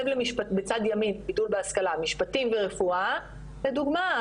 משפטים ורפואה לדוגמה,